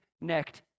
necked